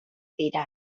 dira